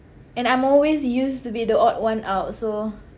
and I'm always used to be the odd one out so